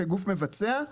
כגוף מבצע,